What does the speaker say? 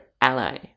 ally